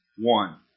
one